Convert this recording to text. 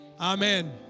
Amen